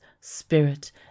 spirit